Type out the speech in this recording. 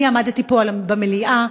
אני עמדתי פה במליאה,